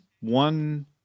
One